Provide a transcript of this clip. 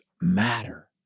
matter